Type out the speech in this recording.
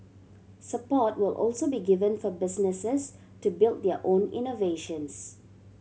support will also be given for businesses to build their own innovations